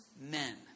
men